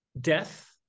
death